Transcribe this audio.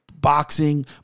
boxing